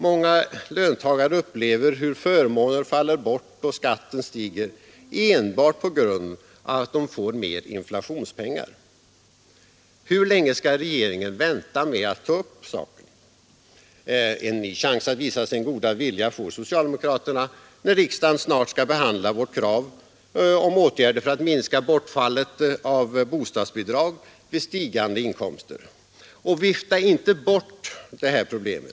Många löntagare upplever hur förmåner faller bort och skatten stiger enbart på grund av att de får mer inflationspengar. Hur länge skall regeringen vänta med att ta upp saken? En ny chans att visa sin goda vilja får socialdemokraterna när riksdagen snart skall behandla vårt krav om åtgärder för att minska bortfallet av bostadsbidrag vid stigande inkomster. Vifta inte bort detta problem!